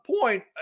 point